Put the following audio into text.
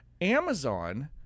Amazon